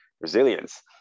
resilience